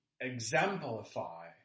exemplify